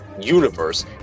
universe